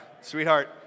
Sweetheart